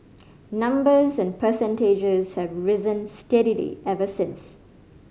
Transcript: numbers and percentages have risen steadily ever since